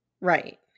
Right